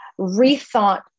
rethought